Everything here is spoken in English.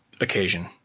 occasion